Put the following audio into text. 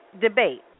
debate